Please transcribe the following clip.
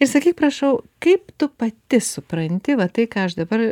ir sakyk prašau kaip tu pati supranti va tai ką aš dabar